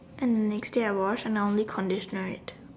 and the next day I wash and I only conditioner it